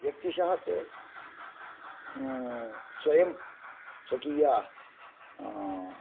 व्यक्तिशः ते स्वयं स्वकीय